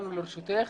כולנו לרשותך.